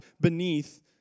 beneath